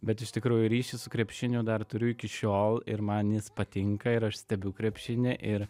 bet iš tikrųjų ryšį su krepšiniu dar turiu iki šiol ir man jis patinka ir aš stebiu krepšinį ir